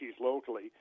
locally